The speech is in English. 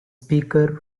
speaker